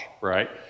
right